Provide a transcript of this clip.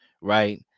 right